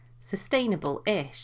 Sustainable-ish